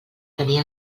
tenir